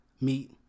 meat